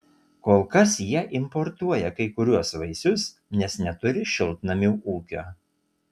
kol kas jie importuoja kai kuriuos vaisius nes neturi šiltnamių ūkio